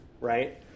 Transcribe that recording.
right